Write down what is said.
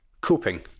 Coping